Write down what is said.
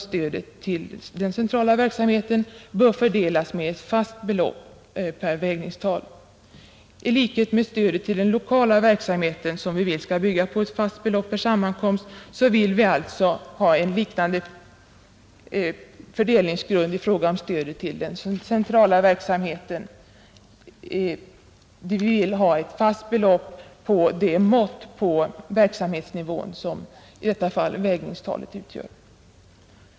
Stödet till den lokala verksamheten anser vi skall bygga på ett fast belopp per sammankomst, och vi vill ha en liknande fördelningsgrund i fråga om stödet till den centrala verksamheten. Vi vill ha ett fast belopp för det mått på verksamhetsnivån som i detta fall vägningstalet utgör.